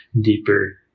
deeper